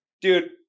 dude